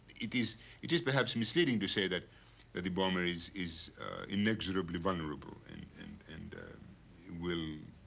it is it is perhaps misleading to say that that the bomber is is inexorably vulnerable and and and will